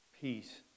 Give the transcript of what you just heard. peace